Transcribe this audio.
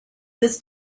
this